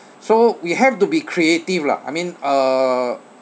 so we have to be creative lah I mean uh